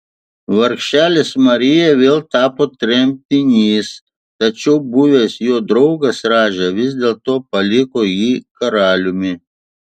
vargšelis marija vėl tapo tremtinys tačiau buvęs jo draugas radža vis dėlto paliko jį karaliumi